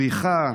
בריחה,